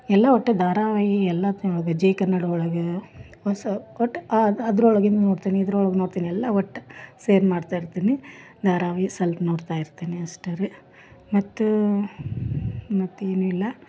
ಎಲ್ಲ ಒಟ್ಟು ಧಾರವಾಹಿ ಎಲ್ಲ ಜೀ ಕನ್ನಡ ಒಳಗೆ ಹೊಸ ಒಟ್ಟು ಅದ್ರೊಳಗಿಂದು ನೋಡ್ತೀನಿ ಇದ್ರೊಳಗೆ ನೋಡ್ತೀನಿ ಎಲ್ಲ ಒಟ್ಟು ಮಾಡ್ತಾ ಇರ್ತೀನಿ ಧಾರವಾಹಿ ಸ್ವಲ್ಪ ನೋಡ್ತಾ ಇರ್ತೀನಿ ಅಷ್ಟೇ ರಿ ಮತ್ತು ಮತ್ತು ಏನೂ ಇಲ್ಲ